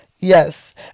Yes